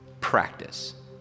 practice